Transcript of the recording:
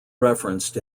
referenced